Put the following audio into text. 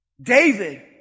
David